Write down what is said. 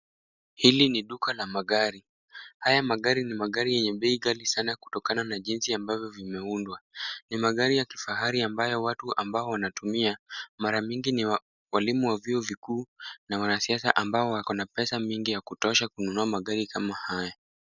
Hili ni duka la magari, haya magari ni magari yenye bei ghali sana kutoka na jinsi ambavyo zimeundwa, ni magari ya kifahari ambayo watu ambao wanatumia mara mingi ni walimu wa vyuo vikuu na wanasiasa, ambao wana pesa mingi ya kutosha ya kuweza kununua magari haya.